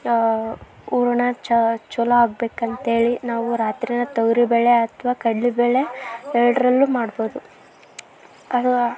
ಹೂರ್ಣ ಚೊಲೋ ಆಗಬೇಕಂತೇಳಿ ನಾವು ರಾತ್ರಿನೇ ತೊಗರಿಬೇಳೆ ಅಥವಾ ಕಡ್ಲೆಬೇಳೆ ಎರಡರಲ್ಲು ಮಾಡ್ಬೋದು ಅದು